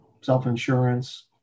self-insurance